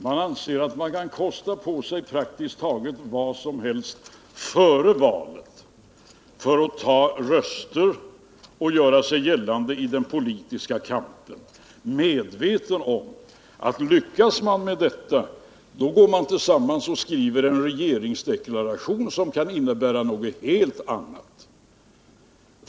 Man anser tydligen att man kan kosta på sig praktiskt taget vad som helst före valet för att ta röster och kunna göra sig gällande i den politiska kampen — väl medveten om att lyckas man med detta, går man sedan tillsammans och skriver en regeringsdeklaration som kan innebära någonting helt annat än det man lovat!